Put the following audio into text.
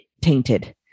tainted